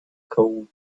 called